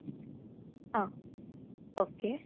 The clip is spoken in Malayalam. ആ ഓക്കെ